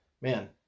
man